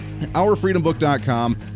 ourfreedombook.com